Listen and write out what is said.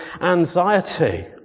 anxiety